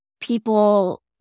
people